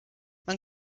man